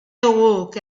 awoke